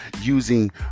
using